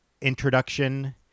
Introduction